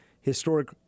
Historic